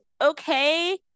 okay